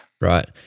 Right